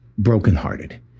brokenhearted